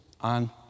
on